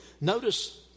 Notice